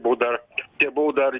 buvo dar čia buvo dar